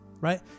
right